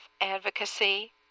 advocacy